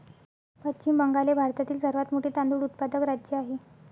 पश्चिम बंगाल हे भारतातील सर्वात मोठे तांदूळ उत्पादक राज्य आहे